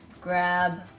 Grab